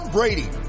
Brady